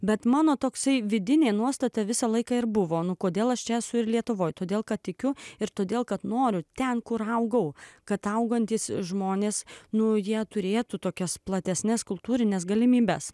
bet mano toksai vidinė nuostata visą laiką ir buvo nu kodėl aš čia esu ir lietuvoje todėl kad tikiu ir todėl kad noriu ten kur augau kad augantys žmonės nuo jie turėtų tokias platesnes kultūrines galimybes